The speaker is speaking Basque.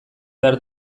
behar